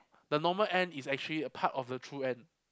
the normal end is actually a part of the true end